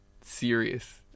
serious